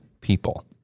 people